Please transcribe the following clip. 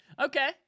Okay